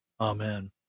Amen